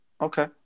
okay